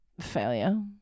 Failure